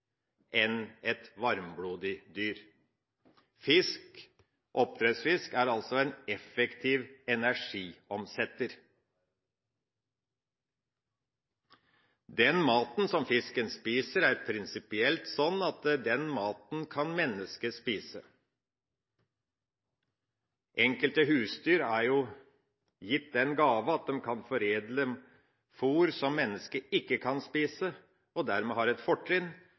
enn et varmblodig dyr. Oppdrettsfisk er altså en effektiv energiansetter. Den maten som fisken spiser, er prinsipielt slik at den maten kan mennesket spise. Enkelte husdyr er jo gitt den gave at de kan foredle fôr som mennesket ikke kan spise, og dermed har de et fortrinn,